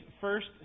first